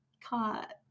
caught